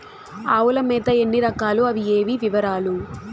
ఆవుల మేత ఎన్ని రకాలు? అవి ఏవి? వివరాలు?